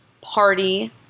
party